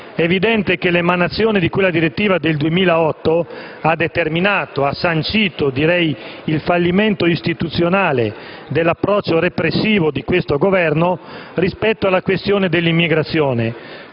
evidente che l'emanazione di quella direttiva del 2008 ha sancito il fallimento istituzionale dell'approccio repressivo di questo Governo sulla questione dell'immigrazione,